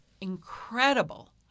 incredible